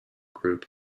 group